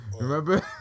Remember